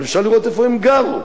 אבל אפשר לראות איפה הם גרו.